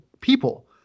people